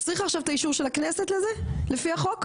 צריך עכשיו את האישור של הכנסת לזה לפי החוק?